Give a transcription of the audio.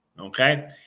Okay